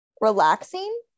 relaxing